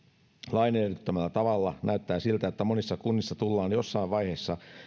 lain edellyttämällä tavalla näyttää siltä että monissa kunnissa tullaan jossain vaiheessa